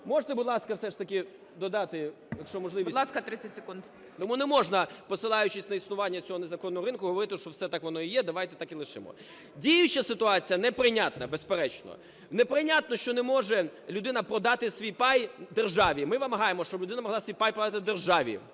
Можете, будь ласка, все ж таки додати, якщо можливість… ГОЛОВУЮЧИЙ. Будь ласка, 30 секунд. ЛЕВЧЕНКО Ю.В. Тому не можна, посилаючись на існування цього незаконного ринку, говорити, що все так воно, давайте так і лишимо. Діюча ситуація неприйнятна, безперечно. Неприйнятно, що не може людина продати свій пай державі. Ми вимагаємо, щоб людина могла свій пай продати державі.